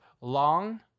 long